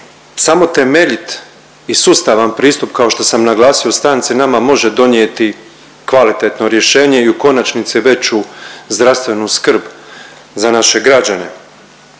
samo temeljit i sustavan pristup kao što sam naglasio u stanci, nama može donijeti kvalitetno rješenje i u konačnici veću zdravstvenu skrb za naše građane.